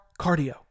cardio